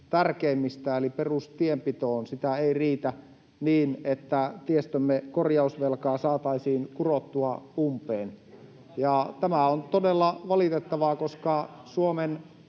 tärkeimmistä, perustienpitoon, sitä ei riitä niin, että tiestömme korjausvelkaa saataisiin kurottua umpeen. [Välihuutoja sosiaalidemokraattien